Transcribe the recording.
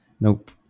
Nope